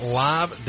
live